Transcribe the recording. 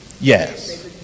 Yes